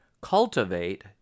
Cultivate